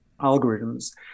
algorithms